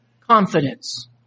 Confidence